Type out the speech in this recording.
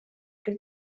küll